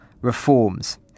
reforms